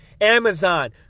Amazon